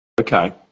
Okay